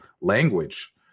Language